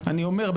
אני אומר,